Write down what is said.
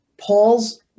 Paul's